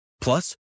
Plus